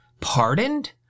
pardoned